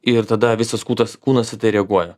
ir tada visas kūtas kūnas į tai reaguoja